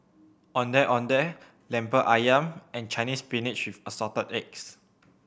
Ondeh Ondeh Lemper Ayam and Chinese Spinach with Assorted Eggs